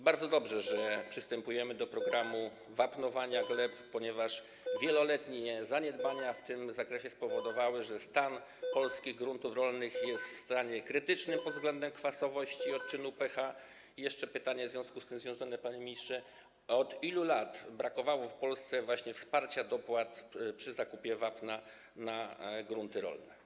Bardzo dobrze, że przystępujemy do programu wapnowania gleb, ponieważ wieloletnie zaniedbania w tym zakresie spowodowały, że stan polskich gruntów rolnych jest w stanie krytycznym pod względem kwasowości, odczynu pH. Jeszcze pytanie, panie ministrze: Od ilu lat brakowało w Polsce wsparcia dopłatami przy zakupie wapna na grunty rolne?